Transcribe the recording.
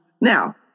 Now